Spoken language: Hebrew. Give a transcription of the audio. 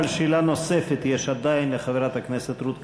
אבל שאלה נוספת יש עדיין לחברת הכנסת רות קלדרון,